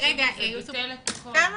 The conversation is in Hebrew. כמה